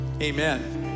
amen